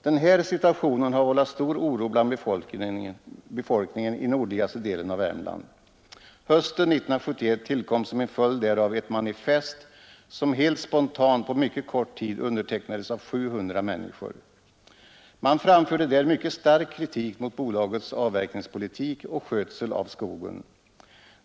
Den här situationen har vållat stor oro bland befolkningen i nordligaste delen av Värmland. Hösten 1971 tillkom som en följd därav ett manifest som helt spontant på mycket kort tid undertecknades av 700 människor. Man framförde där mycket stark kritik mot bolagets avverkningspolitik och skötsel av skogen.